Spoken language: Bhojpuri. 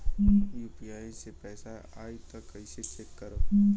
यू.पी.आई से पैसा आई त कइसे चेक करब?